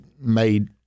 made